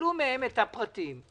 תקבלו מהם את הפרטים.